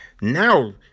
Now